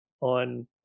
on